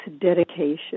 dedication